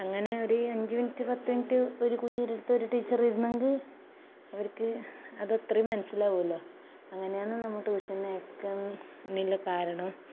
അങ്ങനെ ഒരു അഞ്ച് മിനുറ്റ് പത്ത് മിനുറ്റ് ഒരു കുഞ്ഞിൻ്റെ അടുത്ത് ഒരു ടീച്ചറ് ഇരുന്നെങ്കിൽ അവർക്ക് അത് അത്രയും മനസ്സിലാവുമല്ലോ അങ്ങനെയാണ് നമ്മൾ ട്യൂഷന് അയക്കാനുള്ള കാരണം